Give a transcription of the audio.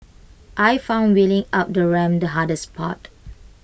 I found wheeling up the ramp the hardest part